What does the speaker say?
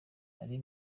ari